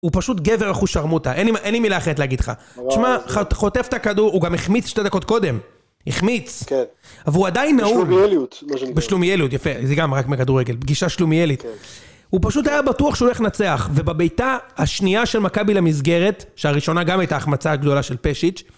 הוא פשוט גבר אחושרמוטה, אין לי מילה אחרת להגיד לך. תשמע, חוטף את הכדור, הוא גם החמיץ שתי דקות קודם. החמיץ. אבל הוא עדיין נעול... בשלומיאליות. בשלומיאליות, יפה. זה גם רק בכדורגל. פגישה שלומיאלית. הוא פשוט היה בטוח שהוא הולך נצח, ובבעיטה השנייה של מכבי למסגרת, שהראשונה גם הייתה ההחמצה הגדולה של פשיץ',